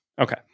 Okay